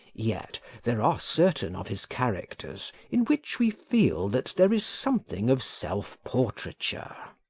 yet there are certain of his characters in which we feel that there is something of self-portraiture.